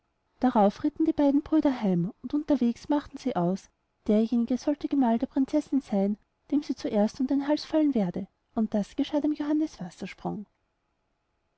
darauf ritten die beiden brüder heim und unterwegs machten sie aus derjenige solle gemahl der prinzessin seyn dem sie zuerst um den hals fallen werde und das geschah dem johannes wassersprung